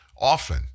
often